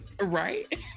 Right